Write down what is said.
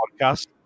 Podcast